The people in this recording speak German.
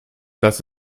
das